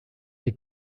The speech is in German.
die